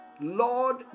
Lord